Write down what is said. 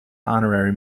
honorary